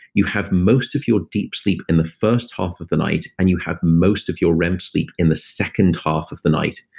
you have most of your deep sleep in the first half of the night, and you have most of your rem sleep in the second half of the night,